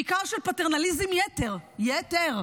בעיקר של פטרנליזם יתר, יתר,